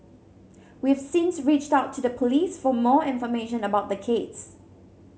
we've since reached out to the Police for more information about the case